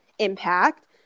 impact